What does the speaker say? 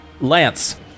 Lance